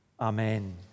amen